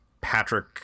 patrick